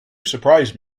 surprise